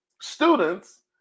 students